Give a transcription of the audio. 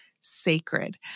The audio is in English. sacred